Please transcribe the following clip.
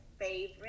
favorite